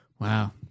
wow